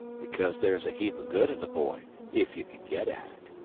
because there's a heap of good in the boy if you could get at it.